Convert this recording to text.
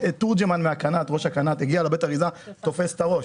תורג'מן ראש הקנט הגיע לבית האריזה ותפס את הראש.